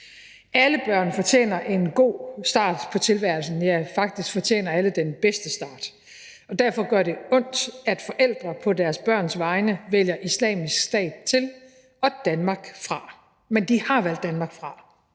Alle børn fortjener en god start på tilværelsen, ja, faktisk fortjener alle den bedste start, og derfor gør det ondt, at forældre på deres børns vegne vælger Islamisk Stat til og Danmark fra. Men de har valgt Danmark fra.